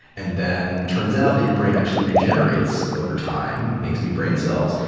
and then, turns out that your brain actually regenerates over time, makes new brain cells.